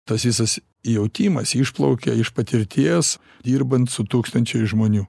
tas visas jautimas išplaukia iš patirties dirbant su tūkstančiais žmonių